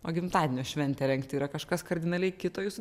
o gimtadienio šventę rengti yra kažkas kardinaliai kito jūsų